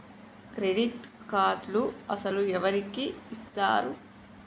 Credit కార్డులు అసలు ఎవరికి ఇస్తారు?